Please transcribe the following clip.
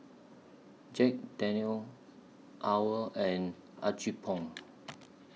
Jack Daniel's OWL and Apgujeong